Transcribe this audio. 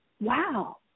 wow